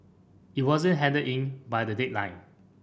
it wasn't handed in by the deadline